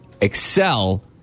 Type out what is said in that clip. excel